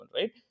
right